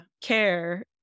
care